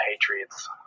Patriots